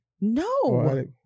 No